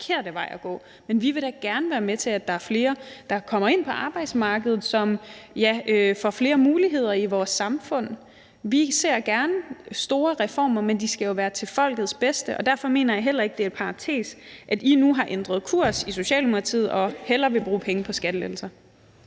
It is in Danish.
men vi vil da gerne være med til, at der er flere, der kommer ind på arbejdsmarkedet, og som får flere muligheder i vores samfund. Vi ser gerne store reformer, men de skal jo være til folkets bedste, og derfor mener jeg heller ikke, det er en parentes, at I nu har ændret kurs i Socialdemokratiet og hellere vil bruge penge på skattelettelser.